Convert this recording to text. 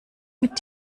mit